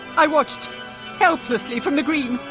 i watched helplessly from the green!